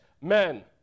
men